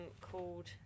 called